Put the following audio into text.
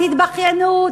תתבכיינו,